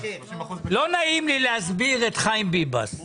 לא נעים לי להסביר את חיים ביבס,